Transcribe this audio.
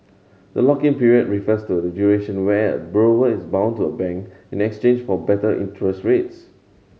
the lock in period refers to the duration where borrower is bound to a bank in exchange for better interest rates